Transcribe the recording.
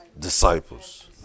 disciples